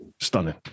stunning